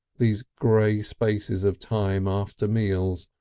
these grey spaces of time after meals,